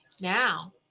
now